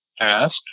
asked